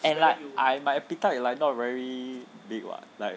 and like I my appetite you like not very big lah like